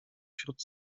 wśród